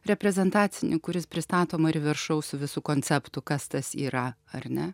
reprezentacinį kuris pristato mari ver šou su visu konceptu kas tas yra ar ne